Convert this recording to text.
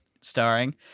starring